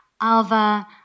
Alva